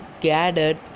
gathered